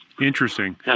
Interesting